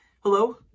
Hello